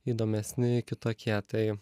įdomesni kitokie tai